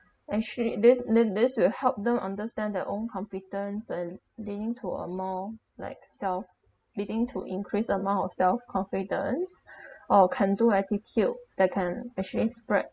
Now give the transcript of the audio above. actually then then this will help them understand their own competence and leading to a more like self leading to increase the amount of self confidence or can do attitude they can actually spread